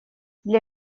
для